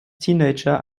teenager